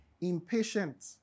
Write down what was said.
impatient